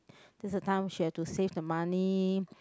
that's the time she had to save the money